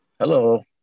Hello